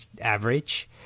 average